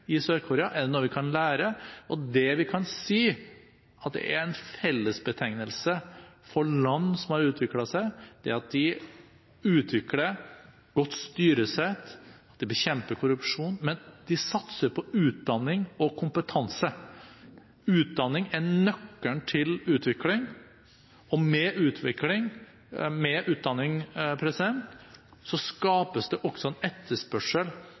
Sør-Korea – er det noe vi kan lære av? Det vi kan si er en fellesbetegnelse for land som har utviklet seg, er at de utvikler godt styresett til å bekjempe korrupsjon, men at de også satser på utdanning og kompetanse. Utdanning er nøkkelen til utvikling. Med utdanning skapes det også en etterspørsel